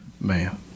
Man